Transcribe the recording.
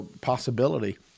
possibility